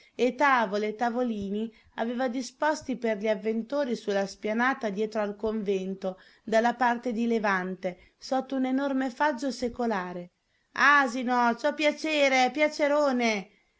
e tavole e tavolini aveva disposti per gli avventori su la spianata dietro al convento dalla parte di levante sotto un enorme faggio secolare asino ci ho piacere piacerone